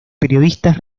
periodistas